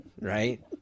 right